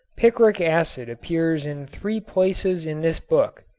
picric acid appears in three places in this book.